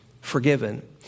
forgiven